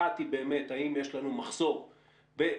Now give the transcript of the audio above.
אחת היא באמת האם יש לנו מחסור בסטודנטים